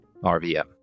RVM